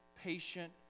patient